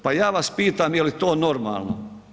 Pa ja vas pitam je li to normalno?